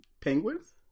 Penguins